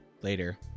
later